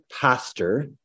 pastor